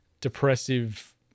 depressive